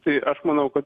tai aš manau kad